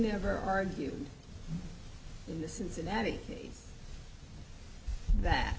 never argue in the cincinnati that